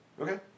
Okay